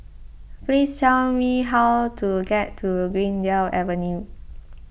please tell me how to get to Greendale Avenue